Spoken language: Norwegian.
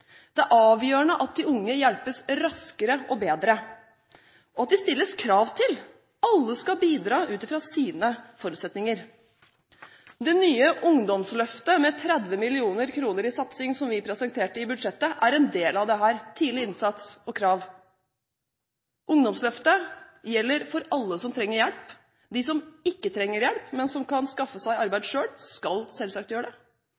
Det er avgjørende at de unge hjelpes raskere og bedre, og at de stilles krav til. Alle skal bidra ut fra sine forutsetninger. Det nye Ungdomsløftet med 30 mill. kr i satsing, som vi presenterte i forbindelse med budsjettet, er en del av dette: tidlig innsats og krav. Ungdomsløftet gjelder for alle som trenger hjelp. De som ikke trenger hjelp, men som kan skaffe seg arbeid selv, skal selvsagt gjøre det.